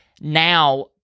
Now